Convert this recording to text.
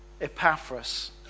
Epaphras